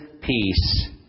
peace